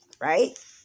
Right